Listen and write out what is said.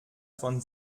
von